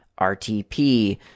rtp